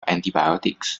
antibiotics